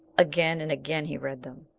again and again he read them,